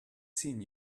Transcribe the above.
seen